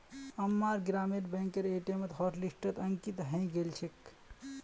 अम्मार ग्रामीण बैंकेर ए.टी.एम हॉटलिस्टत अंकित हइ गेल छेक